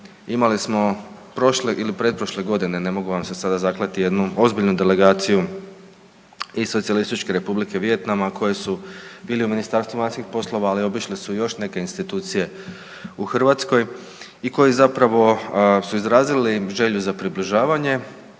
imali smo prošle ili pretprošle godine, ne mogu vam se sada zakleti, jednu ozbiljnu delegaciju iz SR Vijetnama koji su bili u Ministarstvu vanjskih poslova, ali obišli su još neke institucije u Hrvatskoj i koji zapravo su izrazili želju za približavanje